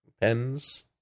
pens